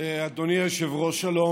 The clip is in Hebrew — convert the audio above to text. אדוני היושב-ראש, שלום.